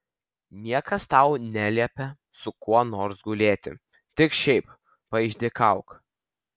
niekas tau neliepia su kuo nors gulėti tik šiaip paišdykauk